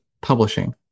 publishing